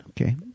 Okay